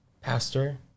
pastor